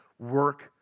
Work